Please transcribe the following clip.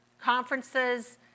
conferences